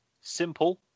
Simple